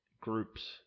groups